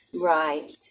Right